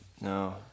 no